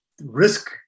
risk